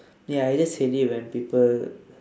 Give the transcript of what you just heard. ya I just hate it when people